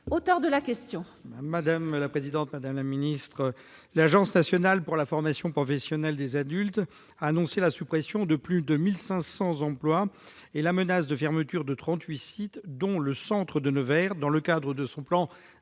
auteur de la question